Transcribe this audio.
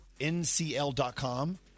ncl.com